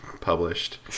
published